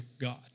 God